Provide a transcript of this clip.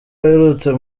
aherutse